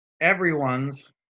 everyone's